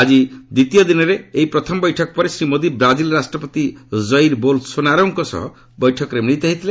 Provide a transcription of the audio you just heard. ଆକି ଦ୍ୱିତୀୟ ଦିନରେ ଏହି ପ୍ରଥମ ବୈଠକ ପରେ ଶ୍ରୀ ମୋଦି ବ୍ରାଜିଲ୍ ରାଷ୍ଟ୍ରପତି ଜଇର୍ ବୋଲ୍ସୋନାରୋଙ୍କ ସହ ବୈଠକରେ ମିଳିତ ହୋଇଥିଲେ